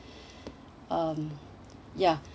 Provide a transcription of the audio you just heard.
um ya